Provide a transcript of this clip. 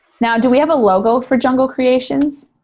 now, do we have a logo for jungle creations?